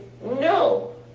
No